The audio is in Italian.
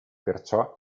perciò